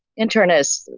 internists,